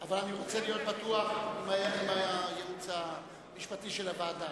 אבל אני רוצה להיות בטוח עם הייעוץ המשפטי של הוועדה.